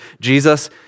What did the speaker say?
Jesus